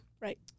Right